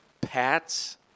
Pats